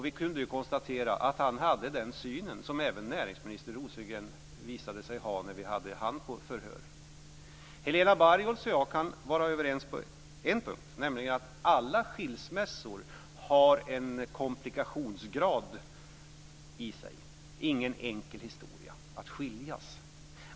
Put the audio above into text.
Vi kunde då konstatera att han hade en syn som även näringsminister Rosengren visade sig ha när vi förhörde honom. Helena Bargholtz och jag kan vara överens på en punkt, nämligen att alla skilsmässor har en komplikationsgrad. Det är ingen enkel historia att skiljas.